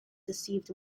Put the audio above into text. deceived